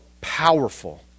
powerful